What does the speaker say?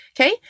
Okay